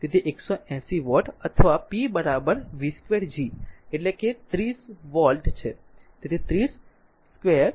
તેથી 180 વોટ અથવા p r v2 G એટલે કે r 30 v 30 વોલ્ટ છે